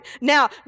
Now